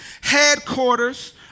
Headquarters